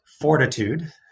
fortitude